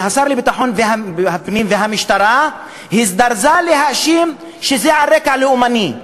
והשר לביטחון הפנים והמשטרה הזדרזו להאשים שזה על רקע לאומני.